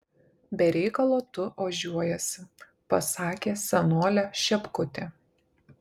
be reikalo tu ožiuojiesi pasakė senolė šepkutė